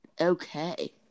Okay